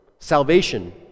salvation